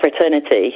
fraternity